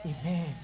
Amen